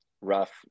rough